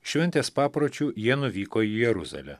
šventės papročiu jie nuvyko į jeruzalę